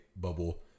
bubble